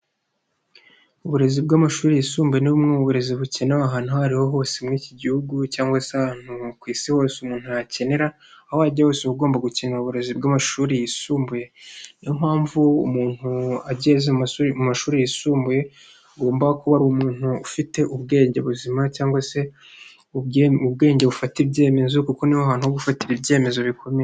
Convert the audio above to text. Uburezi bw'amashuri yisumbuye ni bumwe mu burezi bukenewe ahantu aho ariho hose muri iki gihugu cyangwa se ahantu ku isi hose umuntu yakenera, aho wajya hose uba ugomba gukenera uburezi bw'amashuri yisumbuye. Niyo mpamvu umuntu wageze mu mashuri yisumbuye agomba kuba ari umuntu ufite ubwenge buzima cyangwa se ubwenge bufata ibyemezo kuko ni ho hantu ho gufatira ibyemezo bikomeye.